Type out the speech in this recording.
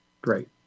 great